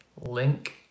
Link